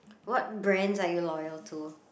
what brands are you loyal to